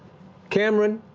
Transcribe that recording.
cameron,